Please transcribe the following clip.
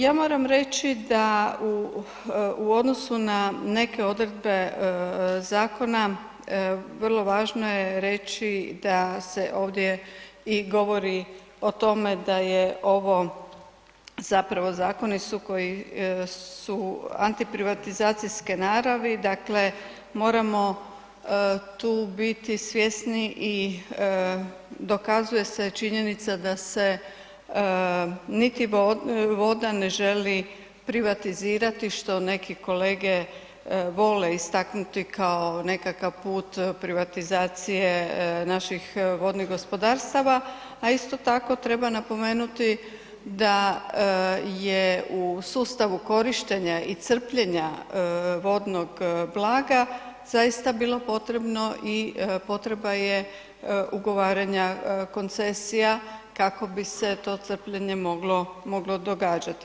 Ja moram reći da u odnosu na neke odredbe zakona vrlo važno je reći da se ovdje i govori o tome da je ovo zapravo zakoni su koji su antiprivatizacijske naravi, dakle, moramo tu biti svjesni i dokazuje se činjenica da se niti voda ne želi privatizirati, što neki kolege vole istaknuti kao nekakav put privatizacije naših vodnih gospodarstava, a isto tako treba napomenuti da je u sustavu korištenja i crpljenja vodnog blaga zaista bilo potrebno i potreba je ugovaranja koncesija kako bi se to crpljenje moglo događati.